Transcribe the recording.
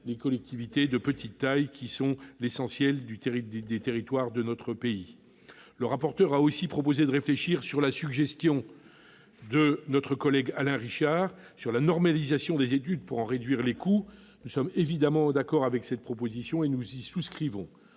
les collectivités de petite taille, qui regroupent l'essentiel du territoire de notre pays ! Le rapporteur a aussi proposé de réfléchir, sur la suggestion de notre collègue Alain Richard, à la normalisation des études pour en réduire les coûts. Nous sommes évidemment d'accord avec cette proposition et nous y souscrivons.